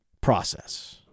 process